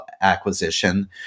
acquisition